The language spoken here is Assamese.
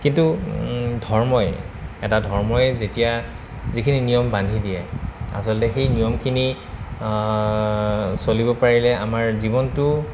কিন্তু ধৰ্মই এটা ধৰ্মই যেতিয়া যিখিনি নিয়ম বান্ধি দিয়ে আচলতে সেই নিয়মখিনি চলিব পাৰিলে আমাৰ জীৱনটো